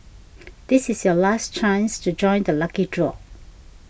this is your last chance to join the lucky draw